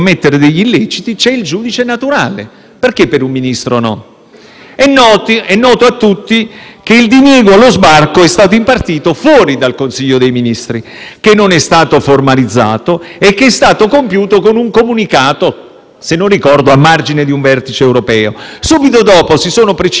che il diniego allo sbarco è stato impartito fuori dal Consiglio dei ministri, che non è stato formalizzato e che è stato compiuto con un comunicato, se non ricordo male a margine di un vertice europeo. Subito dopo si sono precipitati il presidente Conte e altri Ministri, con lettere ed *e-mail*, in malo modo, tentando di